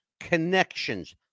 connections